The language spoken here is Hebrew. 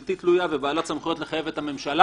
בלתי תלויה ובעלת סמכויות לחייב את הממשלה